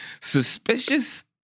suspicious